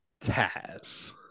Taz